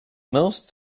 most